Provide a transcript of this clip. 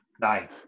nine